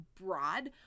broad